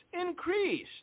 increased